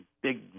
big